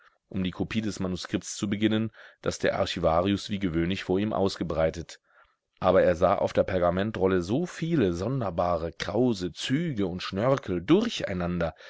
um die kopie des manuskripts zu beginnen das der archivarius wie gewöhnlich vor ihm ausgebreitet aber er sah auf der pergamentrolle so viele sonderbare krause züge und schnörkel durcheinander